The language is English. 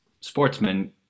sportsmen